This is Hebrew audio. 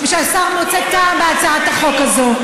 ושהשר מוצא טעם בהצעת החוק הזאת,